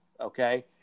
Okay